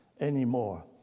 anymore